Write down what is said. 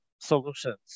solutions